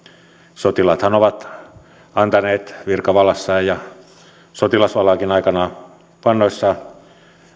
sotilaathan ovat antaneet virkavalansa ja ja sotilasvalankin aikanaan vannoessaan